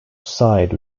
side